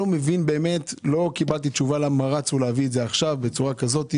לא קיבלתי תשובה למה מיהרו להביא את זה עכשיו בצורה כזאת,